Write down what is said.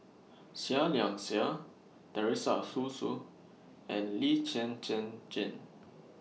Seah Liang Seah Teresa Hsu and Lee Zhen Zhen Jane